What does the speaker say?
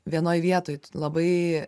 vienoj vietoj labai